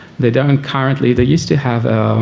they don't currently they used to have